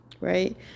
right